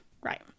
Right